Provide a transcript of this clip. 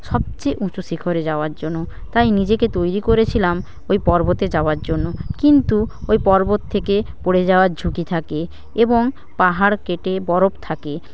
সবচেয়ে উঁচু শিখরে যাওয়ার জন্য তাই নিজেকে তৈরি করেছিলাম ওই পর্বতে যাওয়ার জন্য কিন্তু ওই পর্বত থেকে পরে যাওয়ার ঝুঁকি থাকে এবং পাহাড় কেটে বরফ থাকে